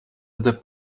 zde